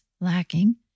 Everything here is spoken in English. lacking